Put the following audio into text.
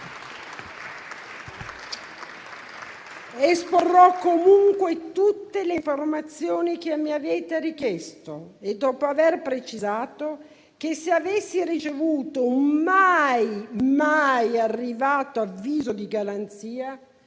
Esporrò comunque tutte le informazioni che mi avete richiesto e dopo aver precisato che, se avessi ricevuto un mai arrivato avviso di garanzia,